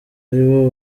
aribo